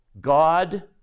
God